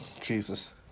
Jesus